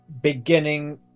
beginning